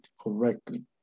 correctly